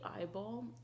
eyeball